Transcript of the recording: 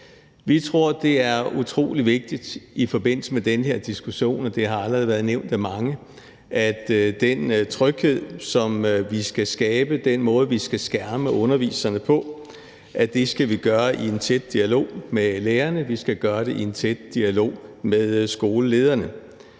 Vi tror, det er utrolig vigtigt i forbindelse med den her diskussion, og det har allerede været nævnt af mange, at den tryghed, som vi skal skabe – den måde, vi skal skærme underviseren på – skal vi gøre i tæt dialog med lærerne og i en tæt dialog med skolelederne.